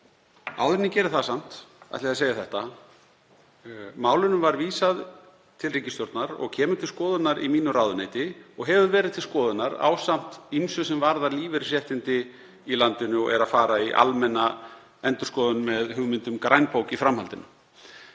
áður en ég geri það ætla ég að segja þetta: Málinu var vísað til ríkisstjórnar og kemur til skoðunar í mínu ráðuneyti og hefur verið til skoðunar ásamt ýmsu sem varðar lífeyrisréttindi í landinu og er að fara í almenna endurskoðun með hugmynd um grænbók í framhaldinu.